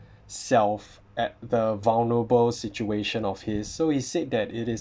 self at the vulnerable situation of his so he said that it is